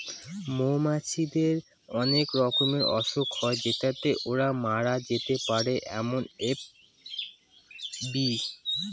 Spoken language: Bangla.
মৌমাছিদের অনেক রকমের অসুখ হয় যেটাতে ওরা মরে যেতে পারে যেমন এ.এফ.বি